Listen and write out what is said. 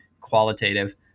qualitative